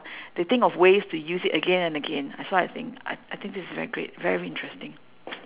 they think of ways to use it again and again that's what I think I I think this is very great very interesting